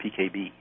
PKB